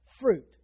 fruit